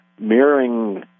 mirroring